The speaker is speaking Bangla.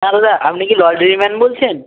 হ্যাঁ দাদা আপনি কি লন্ড্রিম্যান বলছেন